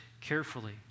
carefully